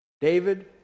David